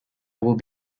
will